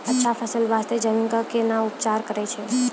अच्छा फसल बास्ते जमीन कऽ कै ना उपचार करैय छै